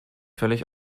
völlig